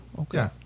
Okay